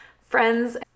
friends